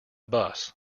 bus